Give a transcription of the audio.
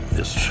Yes